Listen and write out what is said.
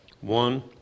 one